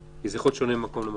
כי זה יכול להיות שונה ממקום למקום.